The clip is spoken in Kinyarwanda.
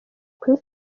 kuri